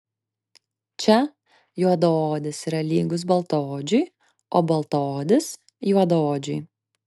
čia juodaodis yra lygus baltaodžiui o baltaodis juodaodžiui